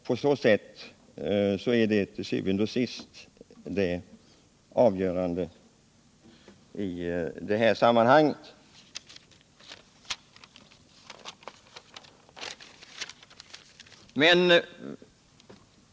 Til syvende og sidst är detta alltså det avgörande i sammanhanget.